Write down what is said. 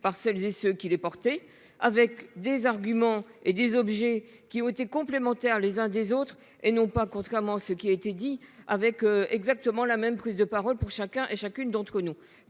par celles et ceux qui l'ai porté avec des arguments et des objets qui ont été complémentaires les uns des autres et non pas contrairement à ce qui a été dit avec exactement la même prise de parole pour chacun et chacune d'entre nous,